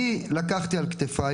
אני לקחתי על עצמי,